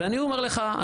ואני אומר לך,